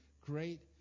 great